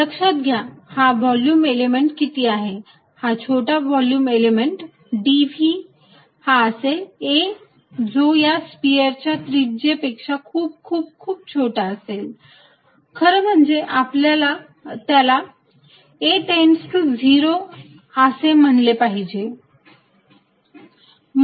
लक्षात घ्या हा व्हॉल्युम एलिमेंट किती आहे हा छोटा व्हॉल्युम एलिमेंट dv हा असेल a जो या स्पियर च्या त्रिज्येपेक्षा खूप खूप खूप छोटा असेल खरं म्हणजे आपण त्याला a टेण्ड्स टू 0 असे म्हणू शकतो